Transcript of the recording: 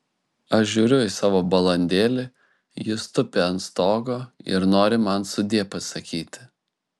aš žiūriu į savo balandėlį jis tupi ant stogo ir nori man sudie pasakyti